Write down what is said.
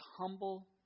humble